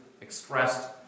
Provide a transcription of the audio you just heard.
expressed